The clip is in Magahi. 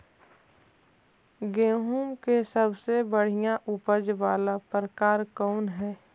गेंहूम के सबसे बढ़िया उपज वाला प्रकार कौन हई?